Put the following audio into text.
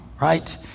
right